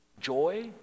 joy